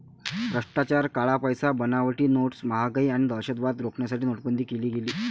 भ्रष्टाचार, काळा पैसा, बनावटी नोट्स, महागाई आणि दहशतवाद रोखण्यासाठी नोटाबंदी केली गेली